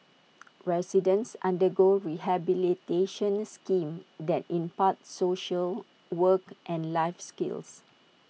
residents undergo rehabilitation schemes that impart social work and life skills